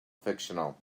fictional